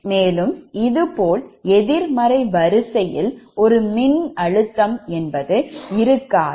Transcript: மேலும் இது போல் எதிர்மறை வரிசை யில் ஒரு மின்னழுத்தம் என்பது இருக்காது